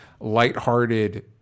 lighthearted